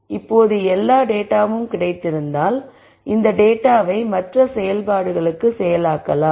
இப்போது எல்லா டேட்டாவும் கிடைத்திருந்தால் இந்த டேட்டாவை மற்ற செயல்பாடுகளுக்கு செயலாக்கலாம்